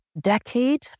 decade